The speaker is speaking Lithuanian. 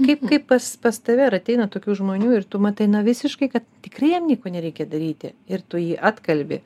kaip kaip pas pas tave ar ateina tokių žmonių ir tu matai na visiškai kad tikrai jam nieko nereikia daryti ir tu jį atkalbi